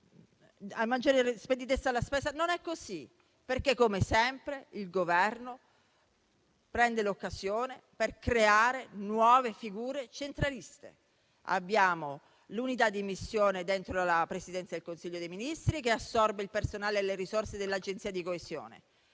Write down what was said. maggiore speditezza alla spesa. Non è così perché, come sempre, il Governo coglie l'occasione per creare nuove figure centraliste. Abbiamo l'unità di missione dentro la Presidenza del Consiglio dei Ministri, che assorbe il personale e le risorse dell'Agenzia di coesione.